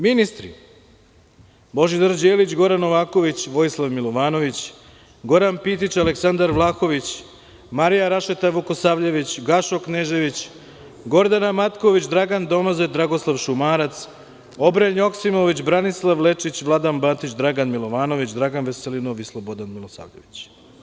Ministri: Božidar Đelić, Goran Novaković, Vojislav Milovanović, Goran Pitić, Aleksandar Vlahović, Marija Rašeta Vukosavljević, Gašo Knežević, Gordana Marković, Dragan Domazet, Dragoslav Šumarac, Obren Joksimović, Branislav Lečić, Vladan Batić, Dragan Milovanović, Dragan Veselinov i Slobodan Milosavljević.